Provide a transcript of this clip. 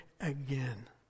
again